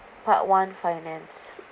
part one finance